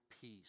peace